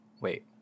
Wait